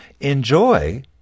enjoy